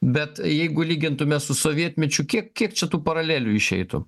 bet jeigu lygintume su sovietmečiu kiek kiek čia tų paralelių išeitų